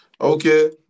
Okay